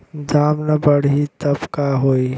दाम ना बढ़ी तब का होई